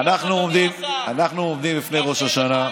אנחנו עומדים בפני ראש השנה.